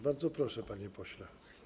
Bardzo proszę, panie pośle.